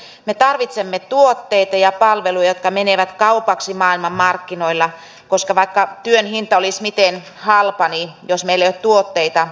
viimeksi kun keskustelin ministeri rehulan kanssa täällä ikäihmisten hoidon henkilöstömitoituksesta kerroitte mikäli oikein muistan että kuntien sosiaalijohtajat ovat kiitelleet tätä päätöstä